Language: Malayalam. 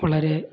വളരെ